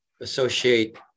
associate